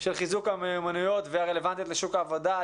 של חיזוק המיומנויות והרלוונטיות לשוק העבודה,